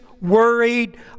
worried